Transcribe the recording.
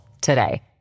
today